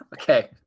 Okay